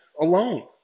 alone